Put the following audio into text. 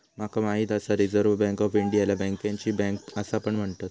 माका माहित आसा रिझर्व्ह बँक ऑफ इंडियाला बँकांची बँक असा पण म्हणतत